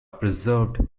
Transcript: preserved